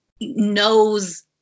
knows